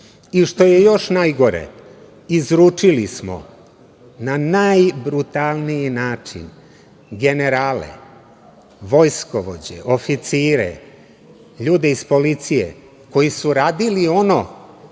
bilo. Što je još najgore, izručili smo na najbrutalniji način generale, vojskovođe, oficire, ljude iz policije koji su radili ono